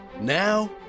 Now